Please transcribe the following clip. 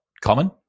common